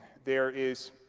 there is